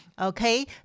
okay